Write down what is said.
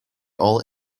all